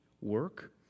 work